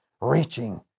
reaching